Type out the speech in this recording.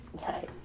Nice